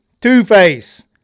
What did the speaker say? two-face